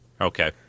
Okay